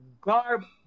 garbage